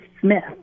Smith